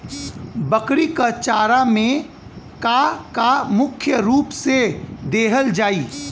बकरी क चारा में का का मुख्य रूप से देहल जाई?